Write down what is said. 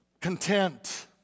content